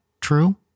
true